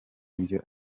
ibyo